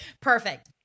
Perfect